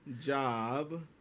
job